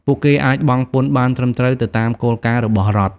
ពួកគេអាចបង់ពន្ធបានត្រឹមត្រូវទៅតាមគោលការណ៍របស់រដ្ឋ។